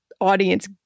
audience